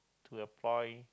to employ